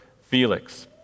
Felix